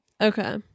Okay